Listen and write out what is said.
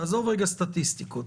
תעזוב סטטיסטיקות.